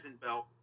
belt